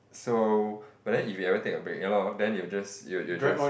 so but then if you ever take a break ya lor then it will just it will it will just